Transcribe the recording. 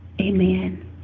Amen